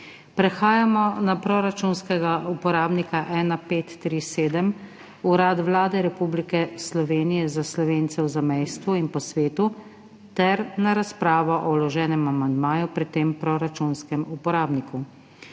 Prehajamo na proračunskega uporabnika 1537 Urad Vlade Republike Slovenije za Slovence v zamejstvu in po svetu ter na razpravo o vloženem amandmaju pri tem proračunskem uporabniku.